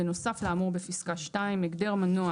בנוסף לאמור בפסקה (2): "הגדר מנוע"